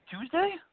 Tuesday